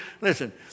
Listen